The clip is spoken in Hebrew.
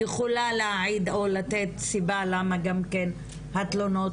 יכולה להעיד או לתת סיבה למה גם כן התלונות